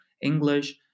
English